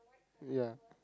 ya